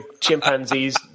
chimpanzee's